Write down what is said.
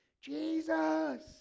Jesus